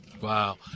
Wow